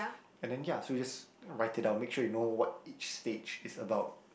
and then ya so you just write it down make sure you know what each stage is about